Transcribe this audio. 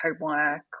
homework